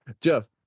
jeff